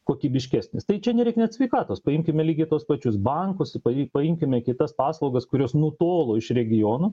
kokybiškesnis tai čia nereik net sveikatos paimkime lygiai tuos pačius bankus pavy pamkime kitas paslaugas kurios nutolo iš regionų